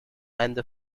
and